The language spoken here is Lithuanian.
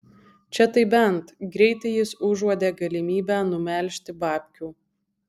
čia tai bent greitai jis užuodė galimybę numelžti babkių